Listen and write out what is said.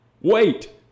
Wait